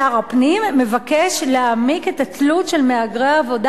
שר הפנים מבקש להעמיק את התלות של מהגרי עבודה